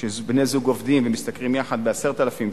כשבני-זוג עובדים ומשתכרים יחד כ-10,000,